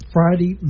Friday